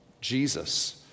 Jesus